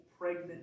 pregnant